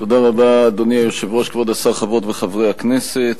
אדוני היושב-ראש, כבוד השר, חברות וחברי הכנסת,